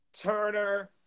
Turner